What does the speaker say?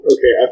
Okay